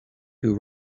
who